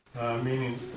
meaning